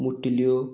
मुटिल्यो